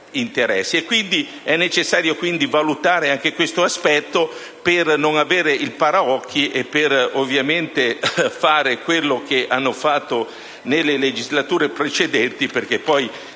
è necessario valutare anche questo aspetto per non avere il paraocchi e per fare quello che hanno fatto nelle legislature precedenti, perché, come